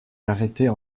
l’arrêter